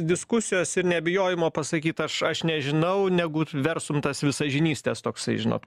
diskusijos ir nebijojimo pasakyt aš aš nežinau negu versum tas visažinystės toksai žinot